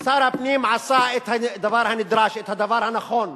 שר הפנים עשה את הדבר הנדרש, את הדבר הנכון,